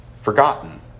forgotten